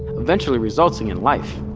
eventually resulting in life.